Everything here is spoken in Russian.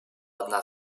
одна